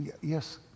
Yes